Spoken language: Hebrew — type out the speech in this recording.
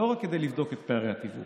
לא רק כדי לבדוק את פערי התיווך,